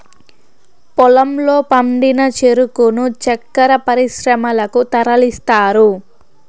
పొలంలో పండిన చెరుకును చక్కర పరిశ్రమలకు తరలిస్తారు